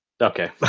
Okay